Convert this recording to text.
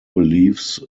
believes